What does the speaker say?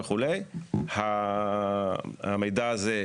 המידע הזה,